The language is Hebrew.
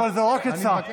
אבל זו רק עצה.